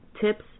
tips